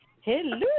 Hello